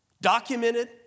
documented